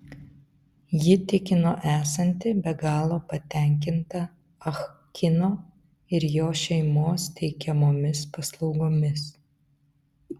ji tikino esanti be galo patenkinta ah kino ir jo šeimos teikiamomis paslaugomis